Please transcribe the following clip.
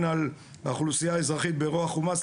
על האוכלוסייה האזרחית באירוע חומ"ס,